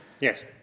Yes